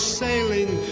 sailing